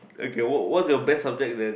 okay wha~ what's your best subject then